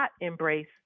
embrace